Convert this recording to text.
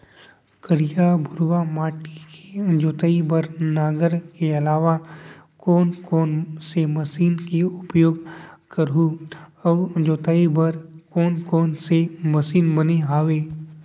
करिया, भुरवा माटी के जोताई बर नांगर के अलावा कोन कोन से मशीन के उपयोग करहुं अऊ जोताई बर कोन कोन से मशीन बने हावे?